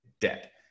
debt